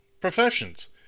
professions